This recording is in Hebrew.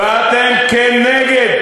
אתה טועה.